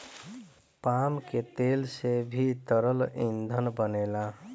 palm के तेल से भी तरल ईंधन बनेला